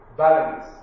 balance